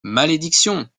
malédiction